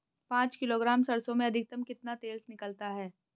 पाँच किलोग्राम सरसों में अधिकतम कितना तेल निकलता है?